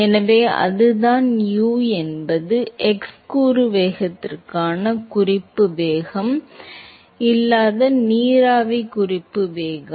எனவே அதுதான் U என்பது x கூறு வேகத்திற்கான குறிப்பு வேகம் இல்லாத நீராவி குறிப்பு வேகம்